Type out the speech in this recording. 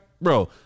Bro